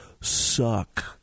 suck